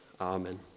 amen